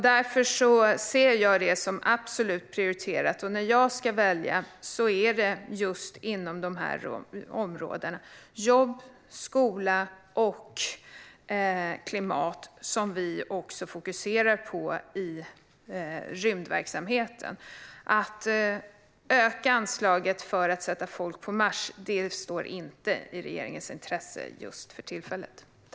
Därför ser jag detta som absolut prioriterat, och när jag ska välja är det just områdena jobb, skola och klimat som vi fokuserar på i rymdverksamheten. Att öka anslaget för att sätta folk på Mars ligger inte i regeringens intresse just för tillfället.